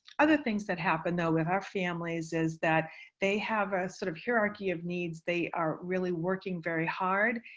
other things that happen, though, with our families is that they have a sort of hierarchy of needs. they are really working very hard.